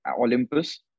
Olympus